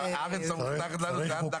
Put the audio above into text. הארץ המובטחת לנו היא עד נחל פרת.